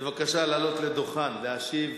בבקשה לעלות לדוכן להשיב